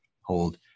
hold